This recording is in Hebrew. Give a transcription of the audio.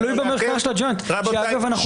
רבותיי אנו